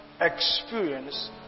experience